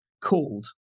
called